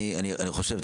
אני חושב,